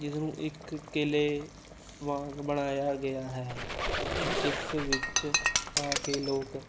ਜਿਸ ਨੂੰ ਇੱਕ ਕਿਲ੍ਹੇ ਵਾਂਗ ਬਣਾਇਆ ਗਿਆ ਹੈ ਜਿਸ ਵਿੱਚ ਆ ਕੇ ਲੋਕ